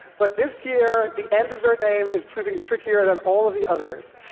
but this year the n dessert name is proving trickier than all of the others,